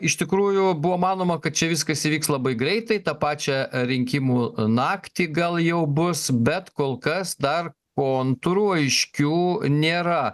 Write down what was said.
iš tikrųjų buvo manoma kad čia viskas įvyks labai greitai tą pačią rinkimų naktį gal jau bus bet kol kas dar kontūrų aiškių nėra